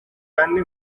kandi